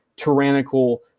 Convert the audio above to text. tyrannical